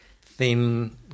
thin